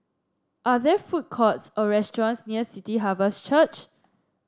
are there food courts or restaurants near City Harvest Church